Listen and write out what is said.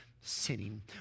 sinning